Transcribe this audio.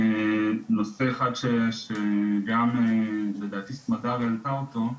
ונושא אחד שגם לדעתי סמדר העלתה אותו,